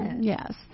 yes